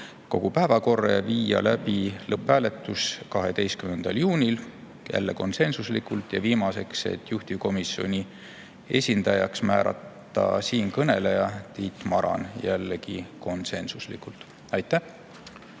täiskogu päevakorda ja viia läbi lõpphääletus 12. juunil, jälle konsensuslikult. Ja viimaseks, määrata juhtivkomisjoni esindajaks siinkõneleja, Tiit Maran, jällegi konsensuslikult. Aitäh!